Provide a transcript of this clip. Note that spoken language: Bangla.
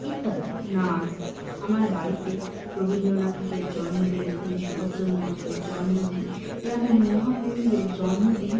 ইত্যাদি নাচ আমার বাড়িতে রবীন্দ্রনাথ ঠাকুরের জন্মদিন নেতাজি সুভাষচন্দ্র বসুর জন্মদিন এরকম মহাপুরুষদের জন্মদিন